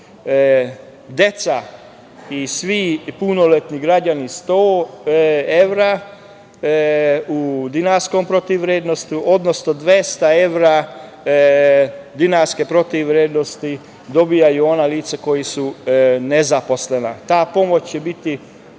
Deca i svi punoletni građani 100 evra u dinarskoj protivvrednosti, odnosno 200 evra dinarske protivvrednosti dobijaju ona lica koja su nezaposlena. Ta pomoć će biti